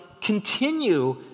continue